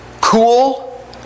cool